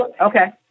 Okay